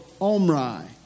Omri